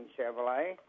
Chevrolet